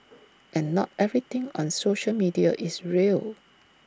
and not everything on social media is real